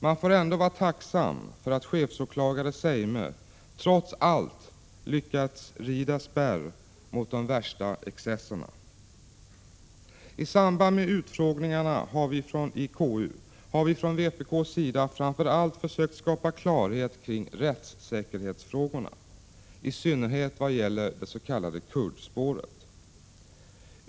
Man får ändå vara tacksam för att chefsåklagare Zeime trots allt lyckats rida spärr mot de värsta excesserna. I samband med utfrågningarna i konstitutionsutskottet har vi från vpk:s sida framför allt försökt skapa klarhet kring rättssäkerhetsfrågorna, i synnerhet vad gäller det s.k. kurdspåret.